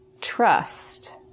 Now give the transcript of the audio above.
trust